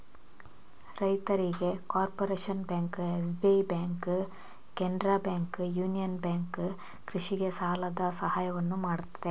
ರೈತರಿಗೆ ಯಾವ ಯಾವ ಬ್ಯಾಂಕ್ ಕೃಷಿಗೆ ಸಾಲದ ಸಹಾಯವನ್ನು ಮಾಡ್ತದೆ?